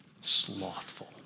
slothful